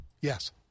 Yes